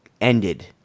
ended